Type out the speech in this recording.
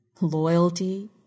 Loyalty